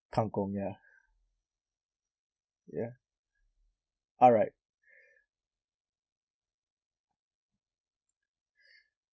kang kong ya ya alright